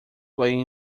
playing